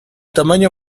tamaño